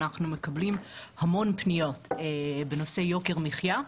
אנחנו מקבלים המון פניות בנושא יוקר המחיה.